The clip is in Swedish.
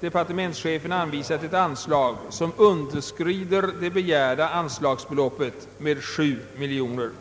departementschefen anvisat ett anslag som underskrider det begärda anslagsbeloppet med 7 miljoner kronor.